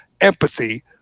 empathy